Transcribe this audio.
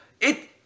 It-